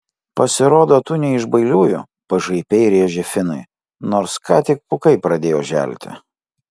pasirodo tu ne iš bailiųjų pašaipiai rėžė finui nors ką tik pūkai pradėjo želti